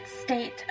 state